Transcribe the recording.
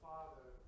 Father